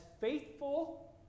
faithful